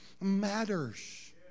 matters